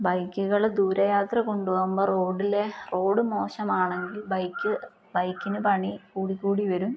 ബൈക്കുകൾ ദൂരയാത്ര കൊണ്ടുപോകുമ്പോൾ റോഡിലെ റോഡ് മോശമാണെങ്കിൽ ബൈക്ക് ബൈക്കിന് പണി കൂടി കൂടി വരും